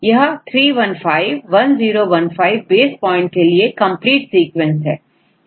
यह 315 1015 base point के लिए कंप्लीट सीक्वेंस है